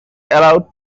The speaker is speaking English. allowed